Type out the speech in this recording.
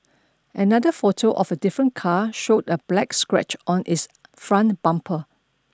another photo of a different car showed a black scratch on its front bumper